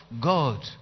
God